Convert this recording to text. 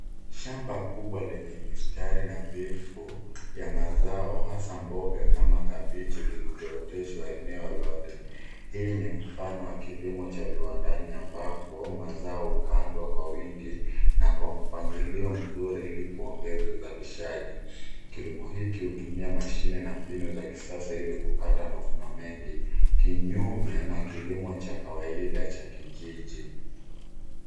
Shamba kubwa lenye mistari nadhifu ya mazao hasa mboga kama kabeji zilizooteshwa eneo lote. Hii ni mfano wa kilimo cha kiwandani ambapo mazao hupandwa kwa wingi na kwa mpangilio mzuri ili kuongeza uzalishaji . Kilimo hiki hutumia mashine na mbinu za kisasa ili kupata mavuno mengi kinyume na kilimo cha kawaida cha jijini.